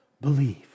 believe